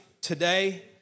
today